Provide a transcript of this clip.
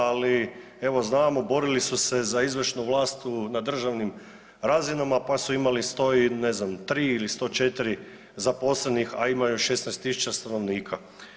Ali evo znam borili su se za izvršnu vlast na državnim razinama, pa su imali 100 i ne znam tri ili 104 zaposlenih, a imaju 16 000 stanovnika.